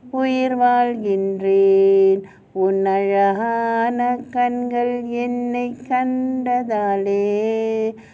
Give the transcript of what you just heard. நான் உயிர் வாழ்கின்றேன் உன்:naan uyir vaazhgindrenun